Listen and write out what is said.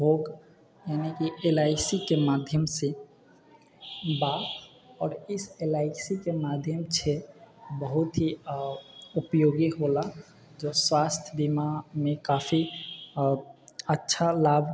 ओग यानीकि L I C के माध्यमसँ बा आओर इस एल आइ सी के माध्यम छै बहुत ही उपयोगी होला जो स्वास्थ्य बीमामे काफी अच्छा लाभ